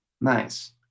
Nice